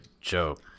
joke